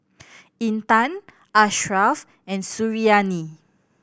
Intan Ashraf and Suriani